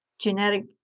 genetic